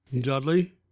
Dudley